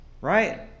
Right